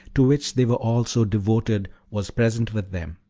to which they were all so devoted, was present with them.